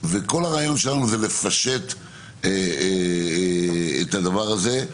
וכל הרעיון שלנו זה לפשט את הדבר הזה,